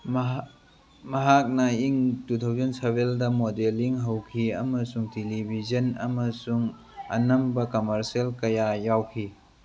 ꯃꯍꯥꯛꯅ in two thousand ꯁꯕꯦꯟꯗ modelling ꯍꯧꯈꯤ ꯑꯃꯁꯨꯡ ꯇꯦꯂꯤꯚꯤꯖꯟ ꯑꯃꯁꯨꯡ ꯑꯅꯝꯕ ꯀꯝꯃꯔꯁꯤꯌꯦꯜ ꯀꯌꯥꯗ ꯌꯥꯎꯈꯤ